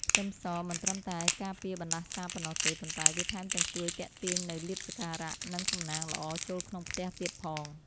ខ្ទឹមសមិនត្រឹមតែការពារបណ្តាសាប៉ុណ្ណោះទេប៉ុន្តែវាថែមទាំងជួយទាក់ទាញនូវលាភសក្ការៈនិងសំណាងល្អចូលក្នុងផ្ទះទៀតផង។